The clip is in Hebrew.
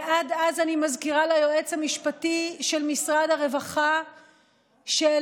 ועד אז אני מזכירה ליועץ המשפטי של משרד הרווחה שלמשרד